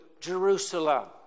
Jerusalem